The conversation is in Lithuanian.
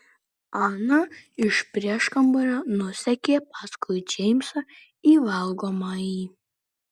ana iš prieškambario nusekė paskui džeimsą į valgomąjį